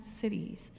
cities